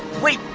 wait!